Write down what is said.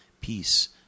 peace